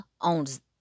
owns